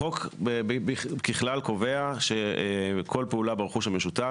החוק קובע שכל פעולה ברכוש המשותף,